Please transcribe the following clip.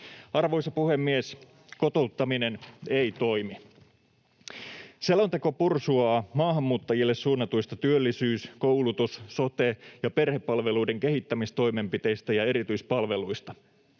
Arvoisa puhemies! Kotouttaminen ei toimi. Selonteko pursuaa maahanmuuttajille suunnatuista työllisyys‑, koulutus‑, sote- ja perhepalveluiden kehittämistoimenpiteistä ja erityispalveluista.